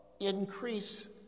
increase